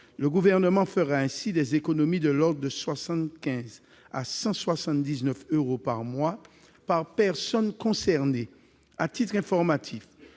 Le Gouvernement fera ainsi des économies de l'ordre de 75 euros à 179 euros par mois par personne concernée.